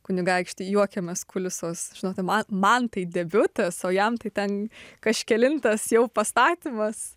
kunigaikštį juokėmės kulisuos žinote man tai debiutas o jam tai ten kažkelintas jau pastatymas